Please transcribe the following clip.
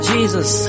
Jesus